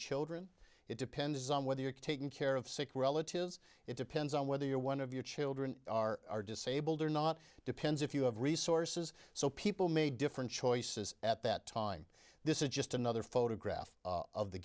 children it depends on whether you're taking care of sick relatives it depends on whether you're one of your children are disabled or not depends if you have resources so people made different choices at that time this is just another photograph of the